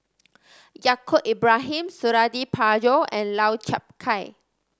Yaacob Ibrahim Suradi Parjo and Lau Chiap Khai